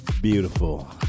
Beautiful